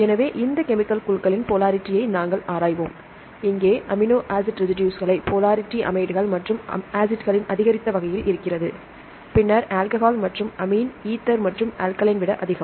எனவே இந்த கெமிக்கல் குழுக்களின் போலாரிட்டி ஐ நாங்கள் ஆராய்வோம் இங்கே அமினோ ஆசிட் ரெசிடுஸ்களை போலாரிட்டி அமைடுகள் மற்றும் ஆசிட்களின் அதிகரித்த வரிசையில் இருக்கிறது பின்னர் ஆல்கஹால் மற்றும் அமீன் ஈதர் மற்றும் அல்கலைன் விட அதிகம்